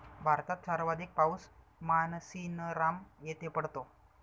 भारतात सर्वाधिक पाऊस मानसीनराम येथे पडतो